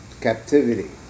captivity